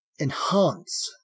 enhance